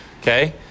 Okay